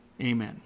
Amen